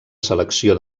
selecció